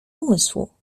umysłu